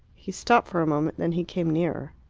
he stopped for a moment then he came nearer.